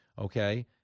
Okay